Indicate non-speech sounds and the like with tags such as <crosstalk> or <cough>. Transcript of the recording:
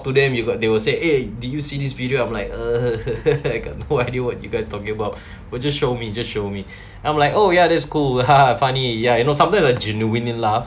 to them you got they will say eh did you see this video I'm like err <laughs> I've got no idea what you guys talking <breath> but just show me just show me <breath> I'm like oh yeah that's cool haha funny ya you know sometimes I genuinely laughed